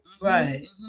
right